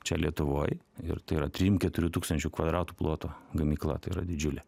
čia lietuvoj ir tai yra trym keturių tūkstančių kvadratų ploto gamykla tai yra didžiulė